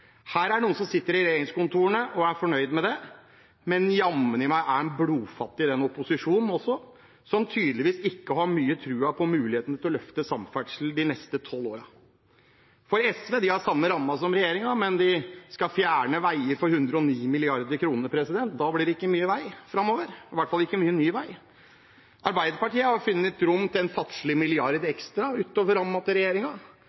Her er det noen som sitter i regjeringskontorene og er fornøyd med det, men jammen meg er opposisjonen også blodfattig. De har tydeligvis ikke mye tro på mulighetene til å løfte samferdsel de neste tolv årene. SV har samme ramme som regjeringen, men de skal fjerne veier for 109 mrd. kr. Da blir det ikke mye vei framover – og i hvert fall ikke mye ny vei. Arbeiderpartiet har funnet rom for en fattigslig milliard ekstra utover rammen til